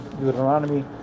Deuteronomy